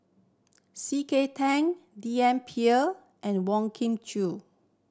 C K Tang D N and Wong Kah Chun